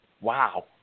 Wow